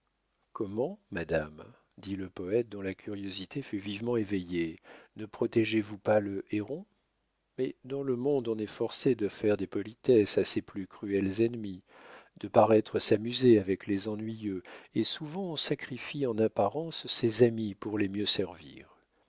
comment madame dit le poète dont la curiosité fut vivement éveillée ne protégez vous pas le héron mais dans le monde on est forcé de faire des politesses à ses plus cruels ennemis de paraître s'amuser avec les ennuyeux et souvent on sacrifie en apparence ses amis pour les mieux servir